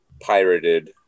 pirated